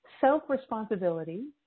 self-responsibility